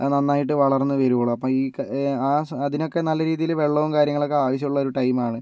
അത് നന്നായിട്ട് വളർന്നു വരികയുള്ളൂ അപ്പം അതിനൊക്കെ നല്ല രീതിയിൽ വെള്ളവും കാര്യങ്ങളൊക്കെ ആവശ്യമുള്ള ഒരു ടൈമാണ്